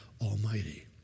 almighty